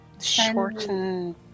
shorten